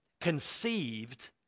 conceived